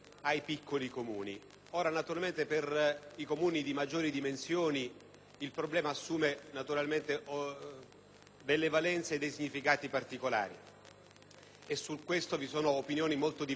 delle valenze e dei significati particolari e su questo vi sono opinioni molto diverse. Per quanto riguarda i Comuni sotto i 5.000 abitanti, il problema si pone invece con una peculiarità che va considerata.